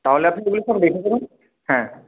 তাহলে আপনি গুলো সব রেখে দেবেন হ্যাঁ